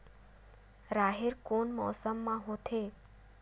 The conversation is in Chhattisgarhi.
राहेर कोन मौसम मा होथे?